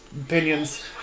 opinions